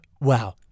Wow